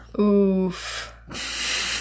Oof